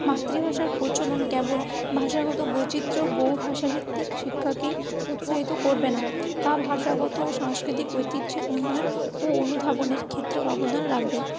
মাতৃভাষার প্রচলন কেবল ভাষাগত বৈচিত্র্য বহু ভাষাভিত্তিক শিক্ষাকেই উৎসাহিত করবে না তা ভাষাগত ও সাংস্কৃতিক ঐতিহ্যের উন্নয়ন ও অনুধাবনের ক্ষেত্রেও অবদান রাখবে